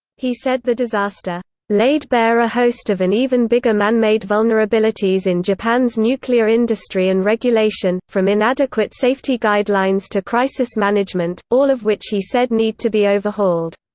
he said the disaster laid bare a host of an even bigger man-made vulnerabilities in japan's nuclear industry and regulation, from inadequate safety guidelines to crisis management, all of which he said need to be overhauled.